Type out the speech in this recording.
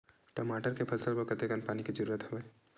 टमाटर के फसल बर कतेकन पानी के जरूरत हवय?